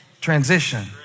transition